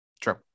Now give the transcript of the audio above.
true